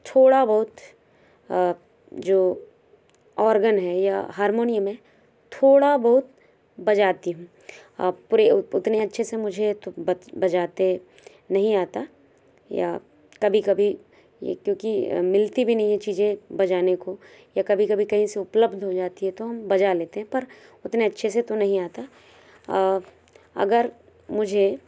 थोड़ा बहुत जो बजाते नहीं आता या कभी कभी ये क्योंकि मिलती भी नहीं हैं चीज़ें बजाने को या कभी कभी कहीं से उपलब्ध हो जाती है तो हम बजा लेते हैं पर उतने अच्छे से तो नहीं आता अगर मुझे